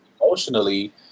emotionally